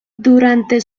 durante